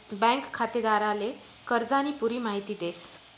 bank खातेदारले कर्जानी पुरी माहिती देस